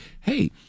hey